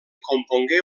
compongué